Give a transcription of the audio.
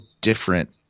different